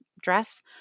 dress